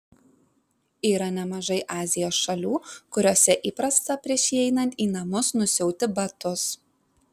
yra nemažai azijos šalių kuriose įprasta prieš įeinant į namus nusiauti batus